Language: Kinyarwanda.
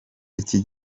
iki